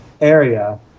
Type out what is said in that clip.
area